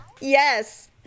Yes